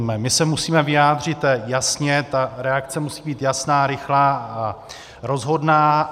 My se musíme vyjádřit jasně, ta reakce musí být jasná, rychlá a rozhodná.